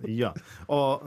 jo o